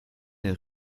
est